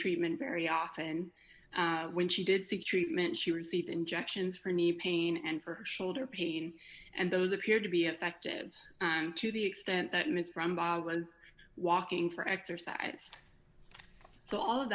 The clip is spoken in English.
treatment very often when she did seek treatment she received injections for any pain and for shoulder pain and those appeared to be effective to the extent that ms was walking for exercise so all of